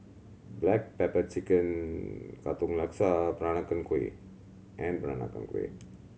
black pepper chicken Katong Laksa Peranakan Kueh and Peranakan Kueh